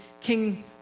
king